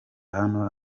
hano